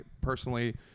personally